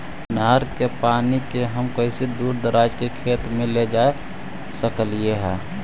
नहर के पानी के हम कैसे दुर दराज के खेतों में ले जा सक हिय?